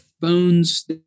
phones